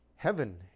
Heaven